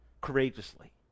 Courageously